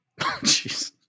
Jeez